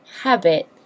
habit